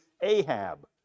Ahab